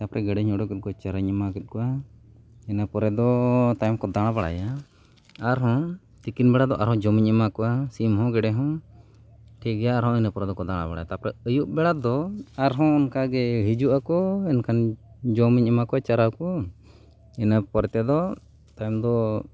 ᱛᱟᱨᱯᱚᱨᱮ ᱜᱮᱰᱮᱧ ᱩᱰᱩᱠᱮᱜ ᱠᱚᱣᱟ ᱪᱟᱨᱟᱧ ᱮᱢᱟ ᱠᱮᱫ ᱠᱚᱣᱟ ᱤᱱᱟᱹ ᱯᱚᱨᱮ ᱫᱚ ᱛᱟᱭᱚᱢ ᱠᱚ ᱫᱟᱬᱟ ᱵᱟᱲᱟᱭᱟ ᱟᱨᱦᱚᱸ ᱛᱤᱠᱤᱱ ᱵᱮᱲᱟ ᱫᱚ ᱟᱨᱦᱚᱸ ᱡᱚᱢᱮᱧ ᱮᱢᱟ ᱠᱚᱣᱟ ᱥᱤᱢ ᱦᱚᱸ ᱜᱮᱰᱮ ᱦᱚᱸ ᱴᱷᱤᱠ ᱜᱮᱭᱟ ᱟᱨᱦᱚᱸ ᱤᱱᱟᱹ ᱯᱚᱨᱮ ᱫᱚᱠᱚ ᱫᱟᱬᱟ ᱵᱟᱲᱟᱭᱟ ᱛᱟᱨᱯᱚᱨᱮ ᱟᱹᱭᱩᱵ ᱵᱮᱲᱟ ᱫᱚ ᱟᱨᱦᱚᱸ ᱚᱱᱠᱟᱜᱮ ᱦᱤᱡᱩᱜ ᱟᱠᱚ ᱮᱱᱠᱷᱟᱱ ᱡᱚᱢᱮᱧ ᱮᱢᱟ ᱠᱚᱣᱟ ᱪᱟᱨᱟ ᱠᱚ ᱤᱱᱟᱹ ᱯᱚᱨ ᱛᱮᱫᱚ ᱛᱟᱭᱚᱢ ᱫᱚ